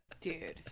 Dude